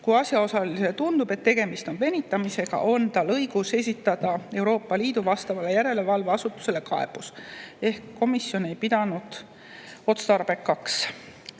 Kui asjaosalisele tundub, et tegemist on venitamisega, on tal õigus esitada Euroopa Liidu vastavale järelevalveasutusele kaebus. Komisjon ei pidanud [seda] otstarbekaks.